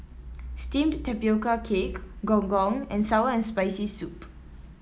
Steamed Tapioca Cake Gong Gong and Sour and Spicy Soup